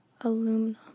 aluminum